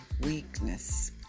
weakness